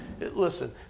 Listen